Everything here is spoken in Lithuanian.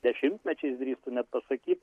dešimtmečiais drįstu net pasakyt